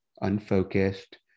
unfocused